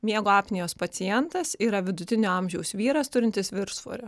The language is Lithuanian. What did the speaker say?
miego apnėjos pacientas yra vidutinio amžiaus vyras turintis viršsvorio